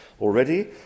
already